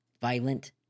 violent